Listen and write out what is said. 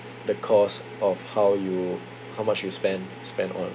the cost of how you how much you spend spend on